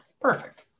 Perfect